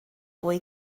fwy